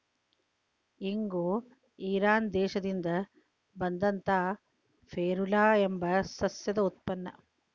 ಇಂಗು ಇರಾನ್ ದೇಶದಿಂದ ಬಂದಂತಾ ಫೆರುಲಾ ಎಂಬ ಸಸ್ಯದ ಉತ್ಪನ್ನ